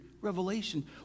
Revelation